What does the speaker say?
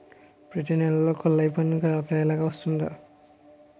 ప్రతి నెల కొల్లాయి పన్ను ఒకలాగే వస్తుందా?